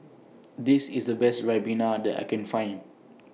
This IS The Best Ribena that I Can Find